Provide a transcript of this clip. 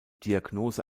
diagnose